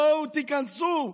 בואו תיכנסו,